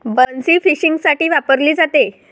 बन्सी फिशिंगसाठी वापरली जाते